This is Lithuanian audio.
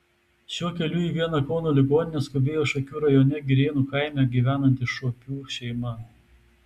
šiuo keliu į vieną kauno ligoninę skubėjo šakių rajone girėnų kaime gyvenanti šuopių šeima